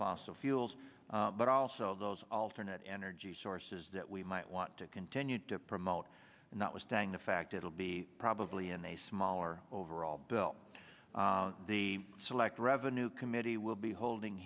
fossil fuels but also those alternate energy sources that we might want to continue to promote and that was dying the fact it'll be probably in a smaller overall bill the select revenue committee will be holding